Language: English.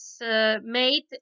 made